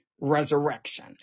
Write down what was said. resurrection